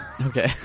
okay